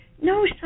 no